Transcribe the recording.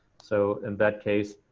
so in that case,